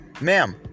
Ma'am